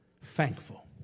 thankful